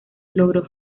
logró